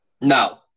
No